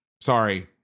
Sorry